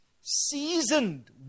seasoned